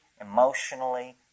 emotionally